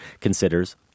considers